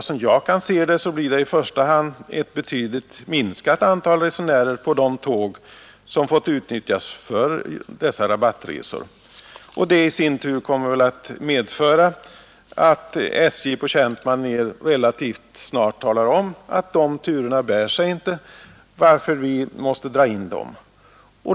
Som jag kan se det blir det i första hand ett betydligt minskat antal resenärer på de tåg som fått utnyttjas för dessa, och det återigen kommer väl att medföra att SJ på känt maner relativt snart talar om, att de turerna inte bär sig, varför de måste dras in.